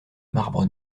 marbre